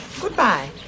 Goodbye